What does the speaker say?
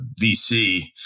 VC